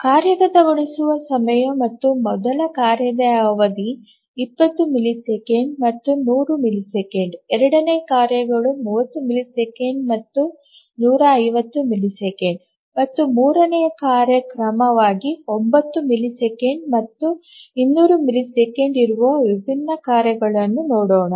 ಕಾರ್ಯಗತಗೊಳಿಸುವ ಸಮಯ ಮತ್ತು ಮೊದಲ ಕಾರ್ಯದ ಅವಧಿ 20 ಮಿಲಿಸೆಕೆಂಡ್ ಮತ್ತು 100 ಮಿಲಿಸೆಕೆಂಡ್ ಎರಡನೇ ಕಾರ್ಯವು 30 ಮಿಲಿಸೆಕೆಂಡ್ ಮತ್ತು 150 ಮಿಲಿಸೆಕೆಂಡ್ ಮತ್ತು ಮೂರನೆಯ ಕಾರ್ಯ ಕ್ರಮವಾಗಿ 90 ಮಿಲಿಸೆಕೆಂಡ್ ಮತ್ತು 200 ಮಿಲಿಸೆಕೆಂಡ್ ಇರುವ ವಿಭಿನ್ನ ಕಾರ್ಯಗಳನ್ನು ನೋಡೋಣ